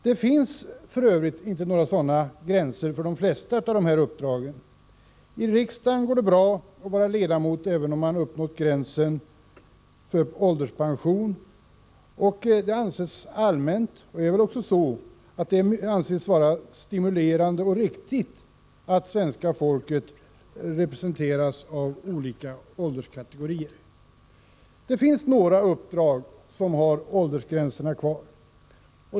Det finns f.ö. inte några sådana gränser för de flesta av dessa uppdrag. I riksdagen går det bra att vara ledamot även om man uppnått gränsen för ålderspension. Det anses allmänt vara stimulerande och riktigt att svenska folket representeras av olika ålderskategorier. Det finns några uppdrag som har åldersgränserna kvar.